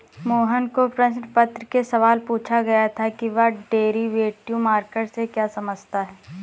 मोहन को प्रश्न पत्र में सवाल पूछा गया था कि वह डेरिवेटिव मार्केट से क्या समझता है?